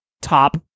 top